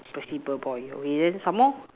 festival boy okay then some more